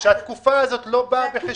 שהתקופה הזאת לא באה בחשבון?